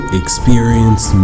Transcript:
experience